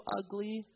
ugly